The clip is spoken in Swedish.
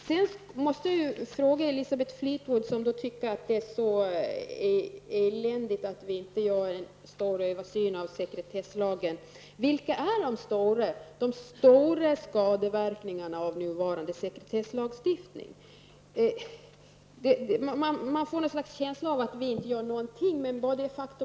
Jag måste fråga Elisabeth Fleetwood, som tycker att det är eländigt att vi inte gör en omfattande översyn av sekretesslagen: Vilka är då de stora skadeverkningarna när det gäller nuvarande sekretesslagstiftning? Man får en känsla av att vi inte gör någonting i det här sammanhanget.